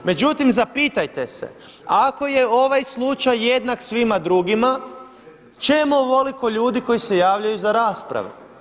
Međutim, zapitajte se ako je ovaj slučaj jednak svima drugima čemu ovoliko ljudi koji su javljaju za rasprave?